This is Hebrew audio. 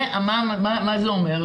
מה זה אומר?